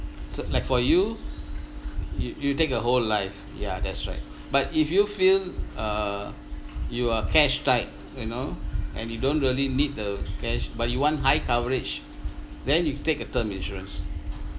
so like for you you you take a whole life ya that's right but if you feel err you are cash tight you know and you don't really need the cash but you want high coverage then you take a term insurance